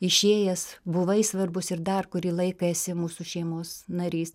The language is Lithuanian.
išėjęs buvai svarbus ir dar kurį laiką esi mūsų šeimos narys